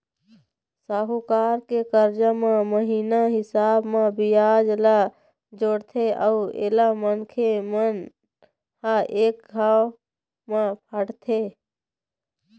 साहूकार के करजा म महिना हिसाब म बियाज ल जोड़थे अउ एला मनखे मन ह एक घांव म पटाथें